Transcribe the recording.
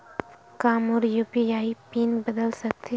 का मोर UPI PIN बदल सकथे?